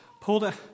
pulled